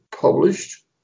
published